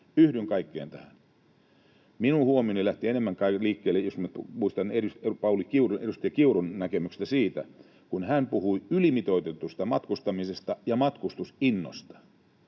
Yhdyn kaikkeen tähän. Minun huomioni lähti kai enemmän liikkeelle, jos muistan edustaja Kiurun näkemyksen, siitä, kun hän puhui ylimitoitetusta matkustamisesta ja matkustusinnosta.